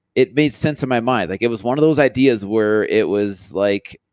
it made sense in my mind. like it was one of those ideas where it was like,